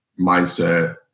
mindset